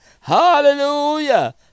hallelujah